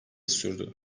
sürdü